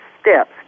steps